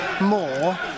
more